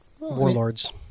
Warlords